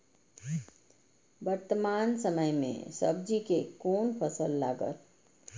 वर्तमान समय में सब्जी के कोन फसल लागत?